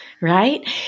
right